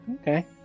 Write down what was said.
Okay